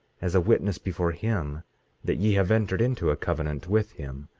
as a witness before him that ye have entered into a covenant with him,